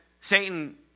Satan